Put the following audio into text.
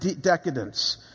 decadence